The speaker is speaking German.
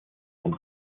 und